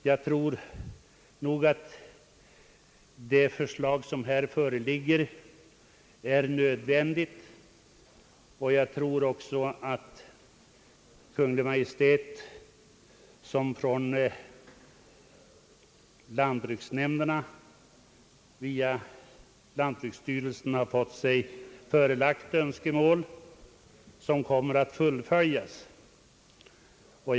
Jag tror att det är nödvändigt att genomföra det förslag som här föreligger från Kungl. Maj:t och jag tror även att Kungl. Maj:t kommer att tillgodose de önskemål som Kungl. Maj:t har fått sig förelagda från lantbruksnämnderna via lantbruksstyrelsen.